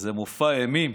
איזה מופע אימים